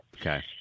Okay